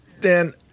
Dan